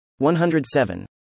107